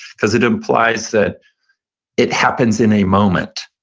because it implies that it happens in a moment.